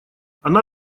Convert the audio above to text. она